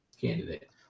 candidate